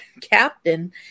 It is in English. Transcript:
captain